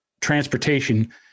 transportation